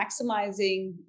maximizing